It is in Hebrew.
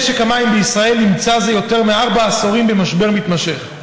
משק המים בישראל נמצא זה יותר מארבעה עשורים במשבר מתמשך.